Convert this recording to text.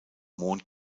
mon